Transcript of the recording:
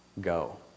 go